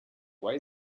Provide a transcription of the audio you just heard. why